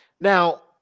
Now